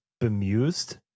bemused